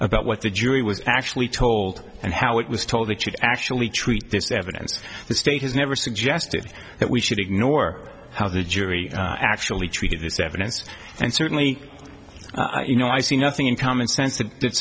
about what the jury was actually told and how it was told it should actually treat this evidence the state has never suggested that we should ignore how the jury actually treated this evidence and certainly you know i see nothing in common sens